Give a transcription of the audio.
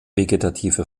vegetative